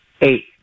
Eight